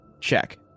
check